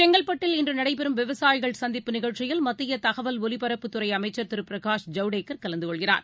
செங்கற்பட்டில் இன்று நடைபெறும் விவசாயிகள் சந்திப்பு நிகழ்ச்சியில் மத்திய தகவல் ஒலிபரப்புத் துறை அமைச்சர் திரு பிரகாஷ் ஜவ்டேகர் கலந்து கொள்கிறார்